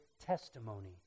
testimony